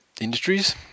industries